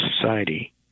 society